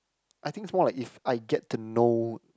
I thinks more like if I get to know